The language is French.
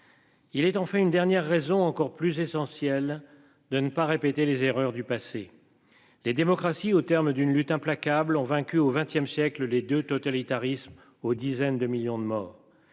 Il est en fait une dernière raison encore plus essentiel de ne pas répéter les erreurs du passé. Les démocraties, au terme d'une lutte implacable ont vaincu au XXe siècle. Les 2 totalitarismes aux dizaines de millions de morts.